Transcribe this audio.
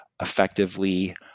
effectively